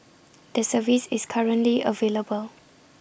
the service is currently available